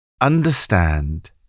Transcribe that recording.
Understand